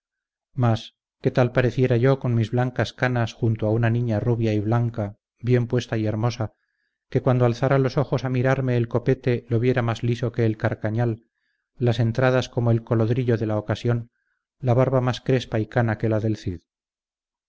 mas qué tal pareciera yo con mis blancas canas junto a una niña rubia y blanca bien puesta y hermosa que cuando alzara los ojos a mirarme el copete lo viera más liso que el carcañal las entradas como el colodrillo de la ocasión la barba más crespa y cana que la del cid